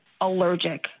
allergic